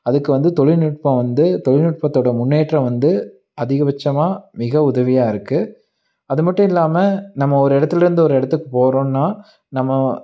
அதுக்கு வந்து தொழில்நுட்பம் வந்து தொழில்நுட்பத்தோடய முன்னேற்றம் வந்து அதிகபட்சமாக மிக உதவியாக இருக்குது அது மட்டும் இல்லாமல் நம்ம ஒரு இடத்துல இருந்து ஒரு இடத்துக்கு போகிறோன்னா நம்ம